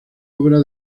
obra